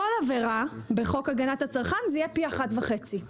כל עבירה בחוק הגנת הצרכן זה יהיה פי אחד וחצי.